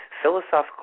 Philosophical